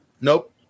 Nope